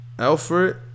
Alfred